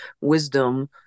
wisdom